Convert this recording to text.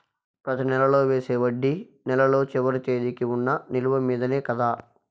ప్రతి నెల వేసే వడ్డీ నెలలో చివరి తేదీకి వున్న నిలువ మీదనే కదా?